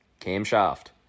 Camshaft